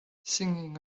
singing